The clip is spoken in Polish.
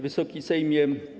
Wysoki Sejmie!